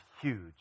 huge